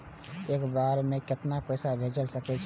एक बार में केतना पैसा भेज सके छी?